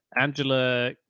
Angela